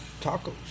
tacos